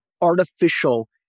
artificial